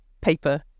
paper